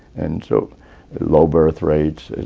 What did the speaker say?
and so low birth rates